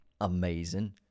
Amazing